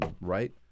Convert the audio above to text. right